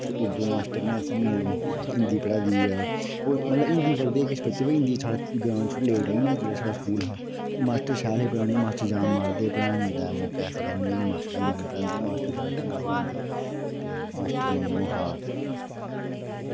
ते उर्दू दे मास्टर ' नै असेंगी हिंदी पढ़ाई दी ऐ ते हिंदी पढ़दे किश बच्चे ते हिंदी साढ़े जियां स्कूल हा ते मास्टर शैल हे पढ़ानै ई मास्टर जान मारदे हे पढ़ाने ई ऐसी कोई गल्ल निं ऐ कि मास्टर ढंगै दा निं पढ़ांदे मास्टर ढंगै दा पढ़ांदे ते मास्टरें ई ओह् हा